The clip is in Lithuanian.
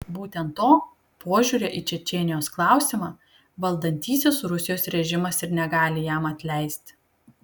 būtent to požiūrio į čečėnijos klausimą valdantysis rusijos režimas ir negali jam atleisti